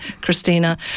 Christina